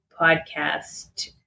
Podcast